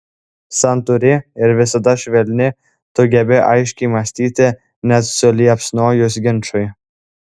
santūri ir visada švelni tu gebi aiškiai mąstyti net suliepsnojus ginčui